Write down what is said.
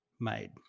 made